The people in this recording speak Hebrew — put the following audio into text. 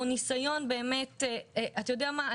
או ניסיון באמת אתה יודע מה?